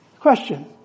Question